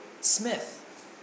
Smith